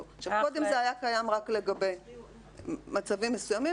קודם זה היה קיים רק לגבי מצבים מסוימים